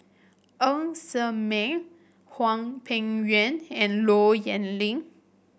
Ng Ser Miang Hwang Peng Yuan and Low Yen Ling